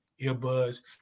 earbuds